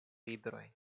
librojn